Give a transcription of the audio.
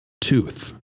tooth